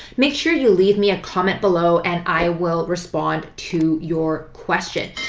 make sure you leave me a comment below and i will respond to your question.